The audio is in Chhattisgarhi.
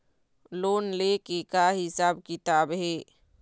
लोन ले के का हिसाब किताब हे?